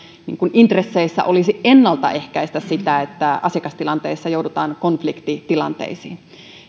intresseissä olisi ennalta ehkäistä sitä että asiakastilanteissa joudutaan konfliktitilanteisiin